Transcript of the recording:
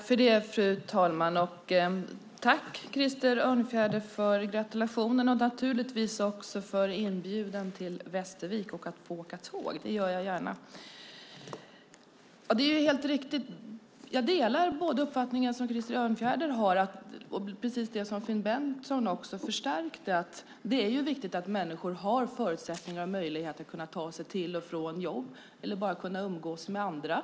Fru talman! Tack, Krister Örnfjäder, för gratulationen och naturligtvis också för inbjudan till Västervik och möjligheten att få åka tåg! Det gör jag gärna. Jag delar den uppfattning som Krister Örnfjäder har och som Finn Bengtsson också förstärkte. Det är viktigt att människor har förutsättningar och möjligheter att ta sig till och från jobb eller att umgås med andra.